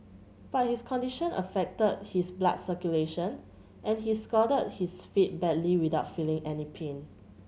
but his condition affected his blood circulation and he scalded his feet badly without feeling any pain